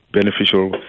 beneficial